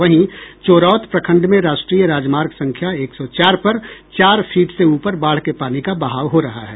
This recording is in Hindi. वहीं चोरौत प्रखंड में राष्ट्रीय राजमार्ग संख्या एक सौ चार पर चार फीट से ऊपर बाढ़ के पानी का बहाव हो रहा है